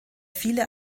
viele